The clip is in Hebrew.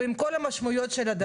ועם כל המשמעויות של הדבר.